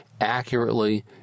accurately